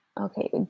Okay